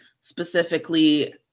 specifically